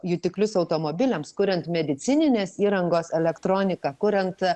jutiklius automobiliams kuriant medicininės įrangos elektroniką kuriant